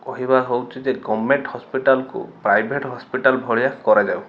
କହିବା ହଉଛି ଯେ ଗଭର୍ଣ୍ଣମେଣ୍ଟ ହସ୍ପିଟାଲକୁ ପ୍ରାଇଭେଟ ହସ୍ପିଟାଲ ଭଳିଆ କରାଯାଉ